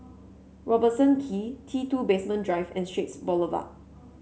Robertson Quay T two Basement Drive and Straits Boulevard